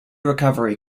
recovery